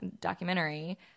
documentary